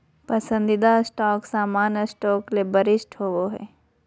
पसंदीदा स्टॉक सामान्य स्टॉक ले वरिष्ठ होबो हइ